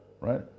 right